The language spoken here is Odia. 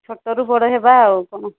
ଛୋଟରୁ ବଡ଼ ହେବା ଆଉ କ'ଣ